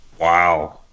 Wow